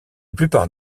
plupart